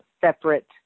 separate